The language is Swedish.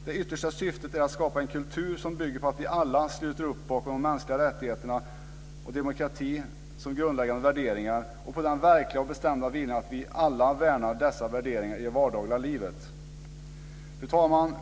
Det yttersta syftet är att skapa en kultur som bygger på att vi alla sluter upp bakom de mänskliga rättigheterna och demokratin, som grundläggande värderingar, och på den verkliga och bestämda viljan att vi alla värnar dessa värderingar i det vardagliga livet. Fru talman!